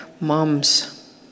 moms